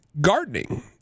gardening